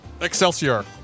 Excelsior